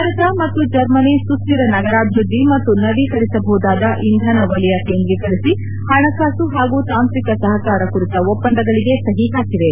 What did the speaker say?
ಭಾರತ ಮತ್ತು ಜರ್ಮನಿ ಸುಸ್ದಿರ ನಗರಾಭಿವೃದ್ದಿ ಮತ್ತು ನವೀಕರಿಸಬಹುದಾದ ಇಂಧನ ವಲಯ ಕೇಂದ್ರೀಕರಿಸಿ ಹಣಕಾಸು ಹಾಗೂ ತಾಂತ್ರಿಕ ಸಹಕಾರ ಕುರಿತ ಒಪ್ಪ ಂದಗಳಿಗೆ ಸಹಿ ಹಾಕಿವೆ